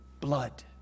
Blood